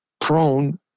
prone